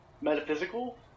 metaphysical